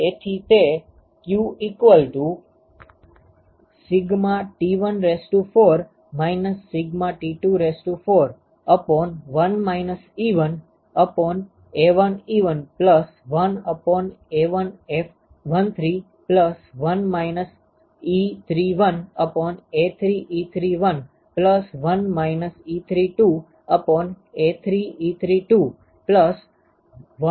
તેથી q T14 σT24 1 1A11 1A1F13 1 31A331 1 32A332 1A3F32 1 2A22 થશે